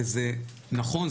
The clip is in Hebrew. וזה נכון,